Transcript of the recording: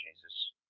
Jesus